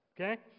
okay